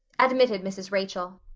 admitted mrs. rachel.